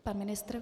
Pan ministr?